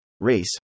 race